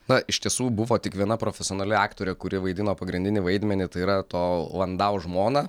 na iš tiesų buvo tik viena profesionali aktorė kuri vaidino pagrindinį vaidmenį tai yra to landau žmoną